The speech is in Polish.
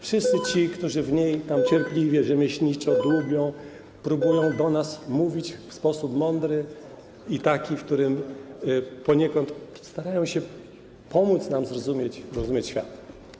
Wszyscy ci, którzy w niej tam cierpliwie, rzemieślniczo dłubią, próbują do nas mówić w sposób mądry i taki, w którym poniekąd starają się pomóc nam zrozumieć świat.